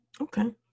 okay